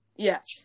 Yes